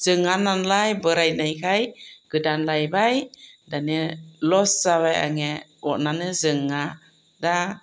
जोङानालाय बोरायनायखाय गोदान लायबाय दानिया लस जाबाय आंनिया अनानै जोङा दा